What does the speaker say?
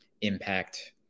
impact